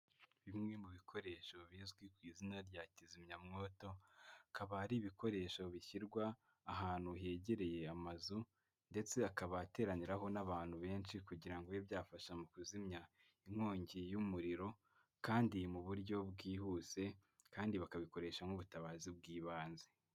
Bimwe mu bikoresho bizwi ku izina rya kizimyamwoto. Akaba ari ibikoresho bishyirwa ahantu hegereye amazu, ndetse akaba ateraniraho n'abantu benshi kugira ngo bibe byafasha mu kuzimya, inkongi y'umuriro, kandi mu buryo bwihuse kandi bakabikoresha nk'ubutabazi bw'ibanze.